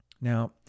Now